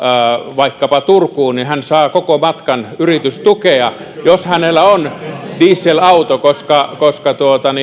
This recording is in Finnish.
vaikkapa turkuun niin hän saa koko matkan yritystukea jos hänellä on dieselauto koska koska